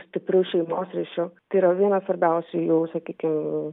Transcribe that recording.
stipriu šeimos ryšiu tai yra vienas svarbiausių jau sakykim